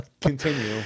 continue